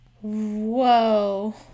Whoa